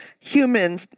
humans